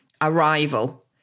arrival